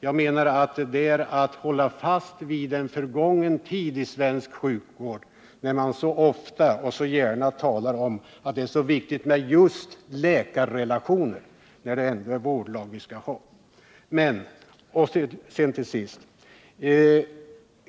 Jag menar att det är att hålla fast vid en förgången tid i svensk sjukvård när man så ofta och så gärna talar om att just läkarrelationen är så viktig. Det är vårdlag vi skall ha.